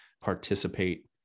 participate